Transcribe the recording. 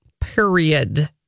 Period